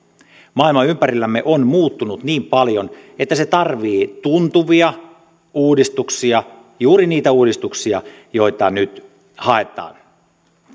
maailma ympärillämme on muuttunut niin paljon että se tarvitsee tuntuvia uudistuksia juuri niitä uudistuksia joita nyt haetaan